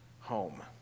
home